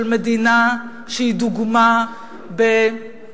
של מדינה שהיא דוגמה בכלכלתה,